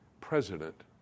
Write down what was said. president